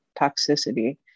toxicity